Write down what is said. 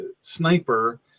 sniper